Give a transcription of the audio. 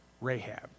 Rahab